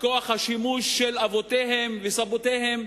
מכוח השימוש של אבותיהם וסביהם,